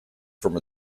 from